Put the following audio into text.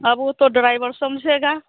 अब वह तो ड्राईवर समझेगा